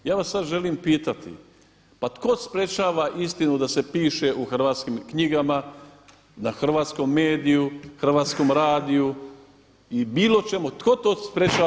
Ja vas sada želim pitati, pa tko sprečava istinu da se piše u hrvatskim knjigama na hrvatskom mediju, hrvatskom radiju i bilo čemu tko to sprečava?